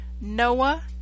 Noah